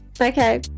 Okay